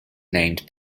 named